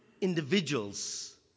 individuals